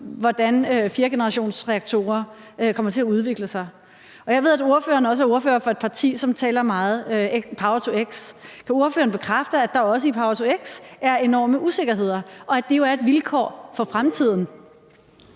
hvordan fjerdegenerationsreaktorer kommer til at udvikle sig. Jeg ved, at ordføreren også er ordfører for et parti, som taler meget om power-to-x. Kan ordføreren bekræfte, at der også i power-to-x er enorme usikkerheder, og at det jo er et vilkår for fremtiden?